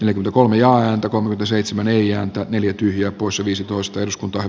yli kolme ja häntä kohde seitsemän neljä neljä tyhjää poissa viisitoista eduskuntaan